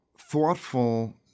thoughtful